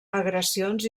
agressions